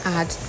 add